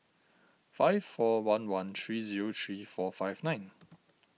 five four one one three zero three four five nine